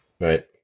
Right